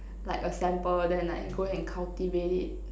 like a sample then like go and cultivate it